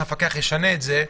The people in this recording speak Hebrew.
כשהמפקח ישנה את זה,